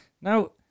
Now